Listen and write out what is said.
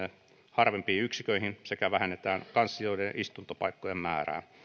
harvempiin yksiköihin sekä vähennetään kanslioiden ja istuntopaikkojen määrää